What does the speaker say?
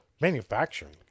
Manufacturing